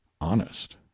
honest